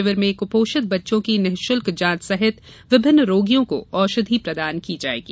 शिविर में कुपोषित बच्चों की निःशुल्क जांच सहित विभिन्न रोगियों को औषधि प्रदान की जायेगी